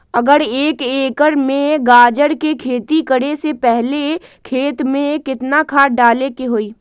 अगर एक एकर में गाजर के खेती करे से पहले खेत में केतना खाद्य डाले के होई?